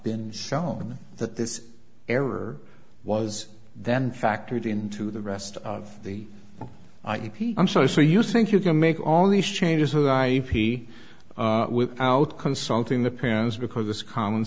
been shown that this error was then factored into the rest of the i am so so you think you can make all these changes would i be without consulting the parents because it's common